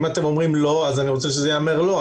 אם אתם אומרים לא אז אני רוצה שייאמר לא.